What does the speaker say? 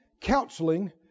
counseling